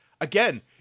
again